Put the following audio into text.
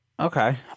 Okay